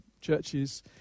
churches